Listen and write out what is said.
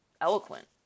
eloquent